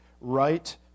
right